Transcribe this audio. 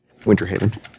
Winterhaven